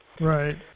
Right